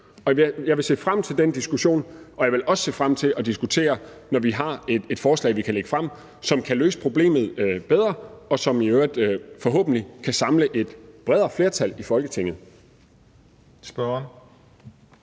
jeg vil se frem til den diskussion, og jeg vil også se frem til at diskutere, når vi har et forslag, vi kan lægge frem, som kan løse problemet bedre, og som i øvrigt forhåbentlig kan samle et bredere flertal i Folketinget.